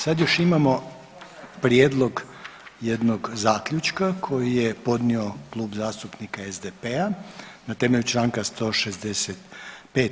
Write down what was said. Sad još imamo prijedlog jednog zaključka koji je podnio Klub zastupnika SDP-a na temelju članka 165.